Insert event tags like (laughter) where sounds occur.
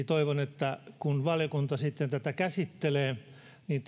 (unintelligible) toivon että kun valiokunta sitten tätä käsittelee niin (unintelligible)